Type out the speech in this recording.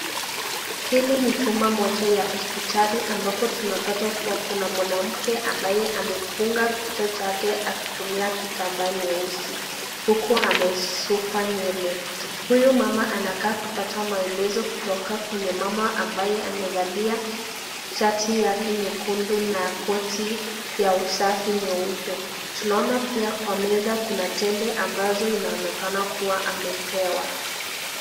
Hili ni chumba moja ya hospitali ambapo tunapata kuwa kuna mwanamke ambaye amefunga kichwa chake akitumia kitambaa nyeusi. Huku amesukwa nywele. huyu mama anakaa kupata maelezo kutoka kwenye mama ambaye amevalia shati yake nyekundu na koti ya usafi nyeupe. Tunaona pia kwa mea kuna tembe ambazo inaonekana kuwa amepewa.